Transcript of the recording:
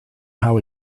how